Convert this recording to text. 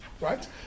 right